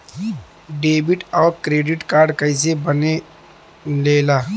Debit और credit card कईसे बने ने ला?